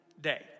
day